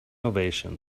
ovations